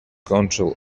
control